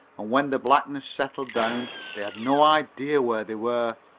and, when the blackness settled down, they had no idea where they were,